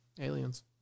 aliens